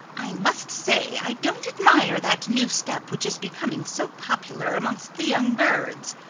i must say i don't admire that new step which is becoming so popular amongst the young birds,